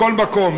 בכל מקום.